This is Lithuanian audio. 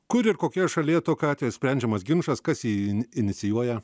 kur ir kokioje šalyje tokiu atveju sprendžiamas ginčas kas jį inicijuoja